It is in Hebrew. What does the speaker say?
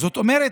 זאת אומרת,